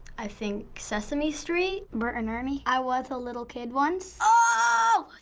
i think, sesame street. bert and ernie? i was a little kid once. ah